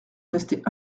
restait